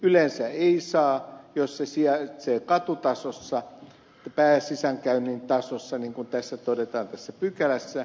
yleensä ei saa jos se sijaitsee katutasossa pääsisäänkäynnin tasossa niin kuin tässä pykälässä todetaan